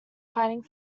finding